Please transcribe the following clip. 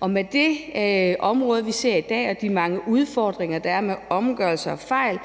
Og med det område, vi ser i dag, og de mange udfordringer, der er med omgørelser og fejl,